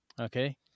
Okay